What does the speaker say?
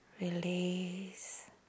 Release